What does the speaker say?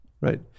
Right